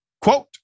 Quote